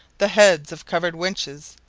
the heads of covered winches,